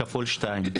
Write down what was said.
כפול שתיים.